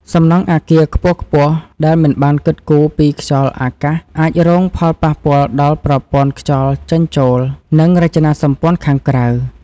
សំណង់អគារខ្ពស់ៗដែលមិនបានគិតគូរពីខ្យល់អាកាសអាចរងផលប៉ះពាល់ដល់ប្រព័ន្ធខ្យល់ចេញចូល និង រចនាសម្ព័ន្ធខាងក្រៅ។